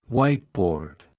Whiteboard